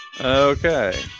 Okay